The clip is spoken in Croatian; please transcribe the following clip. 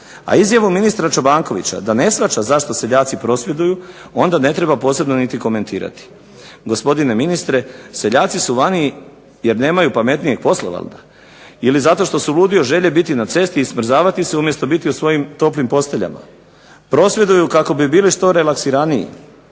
a izjavu ministra Čobankovića da ne shvaća zašto seljaci prosvjeduju onda ne treba posebno niti komentirati. Gospodine ministre, seljaci su vani jer nemaju pametnijeg posla valjda, ili zato što su ludi od želje biti na cesti i smrzavati se umjesto biti u svojim toplim posteljama. Prosvjeduju kako bi bili što relaksiraniji,